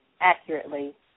accurately